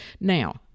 Now